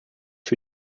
für